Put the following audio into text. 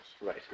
Right